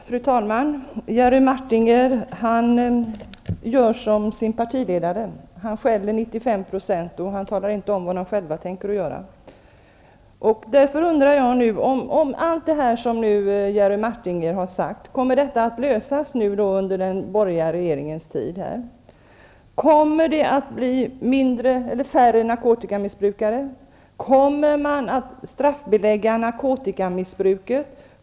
Fru talman! Jerry Martinger gör som sin partiledare. Han skäller på socialdemokraterna 95 % av tiden och talar inte om vad moderaterna själva tänker göra. Därför undrar jag nu: Kommer alla de problem som Jerry Martinger har talat om att lösas under den borgerliga regeringens tid? Kommer det att bli färre narkotikamissbrukare? Kommer man att straffbelägga narkotikamissbruket?